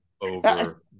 over